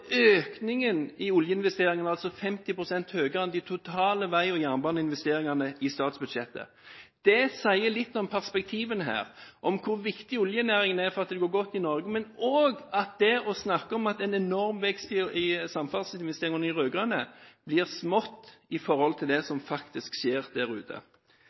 økningen i oljeinvesteringene er altså 50 pst. høyere enn de totale vei- og jernbaneinvesteringene i statsbudsjettet. Det sier litt om perspektivene her, og om hvor viktig oljenæringen er for at det går godt i Norge, men også å snakke om at en enorm vekst i samferdselsinvesteringene fra de rød-grønne blir smått i forhold til det som faktisk skjer der ute.